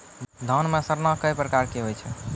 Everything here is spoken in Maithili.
धान म सड़ना कै प्रकार के होय छै?